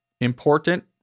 important